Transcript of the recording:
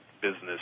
business